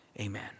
amen